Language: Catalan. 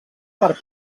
per